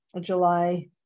July